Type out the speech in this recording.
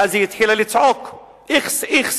ואז היא התחילה לצעוק: איכס, איכס,